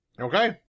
Okay